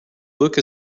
look